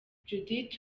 judith